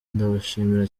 ndabashimira